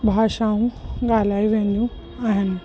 भाषाऊं ॻाल्हाए वेंदियूं आहिनि